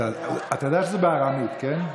אתה יודע שזה בארמית, כן?